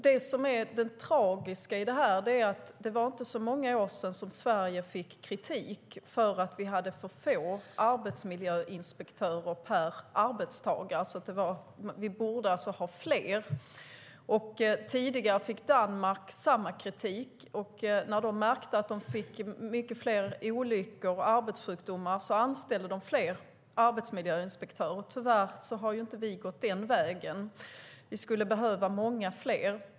Det som är det tragiska i det här är att det inte var många år sedan vi i Sverige fick kritik för att vi hade för få arbetsmiljöinspektörer i förhållande till antalet arbetstagare. Vi borde ha fler. Tidigare fick Danmark samma kritik. När de märkte att de fick mycket fler olyckor och arbetssjukdomar anställde de fler arbetsmiljöinspektörer. Tyvärr har inte vi gått den vägen. Vi skulle behöva många fler.